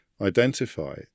identify